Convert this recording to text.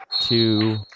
two